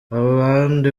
abandi